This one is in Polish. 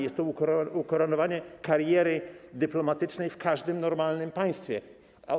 Jest to ukoronowanie kariery dyplomatycznej w każdym normalnym państwie.